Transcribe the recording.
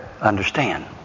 understand